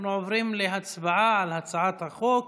אנחנו עוברים להצבעה על הצעת חוק